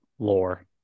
lore